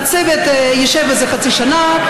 הצוות ישב על זה חצי שנה,